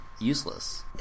useless